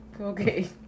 Okay